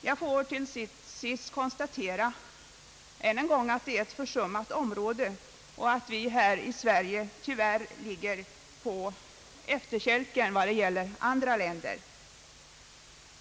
Jag får till sist återigen konstatera att detta är ett försummat område; tyvärr ligger Sverige härvidlag på efterkälken i jämförelse med andra länder.